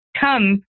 come